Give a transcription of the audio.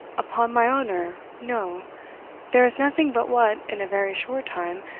upon my honour, no there is nothing but what, in a very short time,